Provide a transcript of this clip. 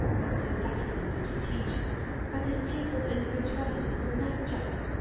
and so deftly did he teach that his pupil's individuality was never checked,